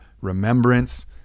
Remembrance